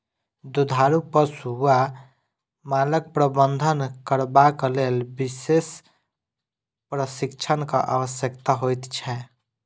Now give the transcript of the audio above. दुधारू पशु वा मालक प्रबंधन करबाक लेल विशेष प्रशिक्षणक आवश्यकता होइत छै